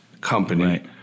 company